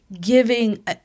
giving